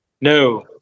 No